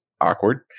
awkward